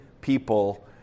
people